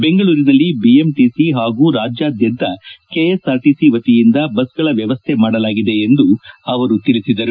ಬೆಂಗಳೂರಿನಲ್ಲಿ ಬಿಎಂಟಿಸಿ ಹಾಗೂ ರಾಜ್ಯಾದ್ಯಂತ ಕೆಎಸ್ಸಾರ್ಟಿಸಿ ವತಿಯಿಂದ ಬಸ್ಗಳ ವ್ಯವಸ್ಥೆ ಮಾಡಲಾಗಿದೆ ಎಂದು ಅವರು ಹೇಳಿದರು